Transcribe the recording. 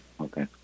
okay